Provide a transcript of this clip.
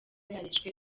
yarishwe